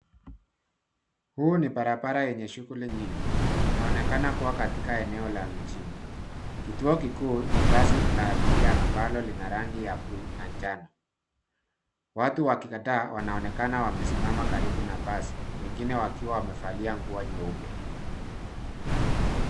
Huu ni barabara yenye shughuli nyingi. Inaonekana kuwa katika eneo la mjini. Kituo kikuu ni basi la abiria ambalo lina rangi ya buluu na njano. Watu kadhaa wanaonekana wamesimama karibu na basi wengine wakiwa wamevalia nguo nyeupe.